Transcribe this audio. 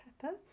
pepper